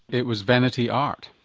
it was vanity art?